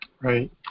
Right